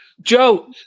Joe